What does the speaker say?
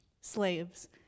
Slaves